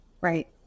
Right